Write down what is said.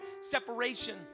separation